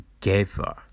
together